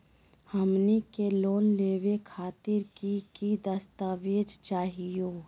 हमनी के लोन लेवे खातीर की की दस्तावेज चाहीयो?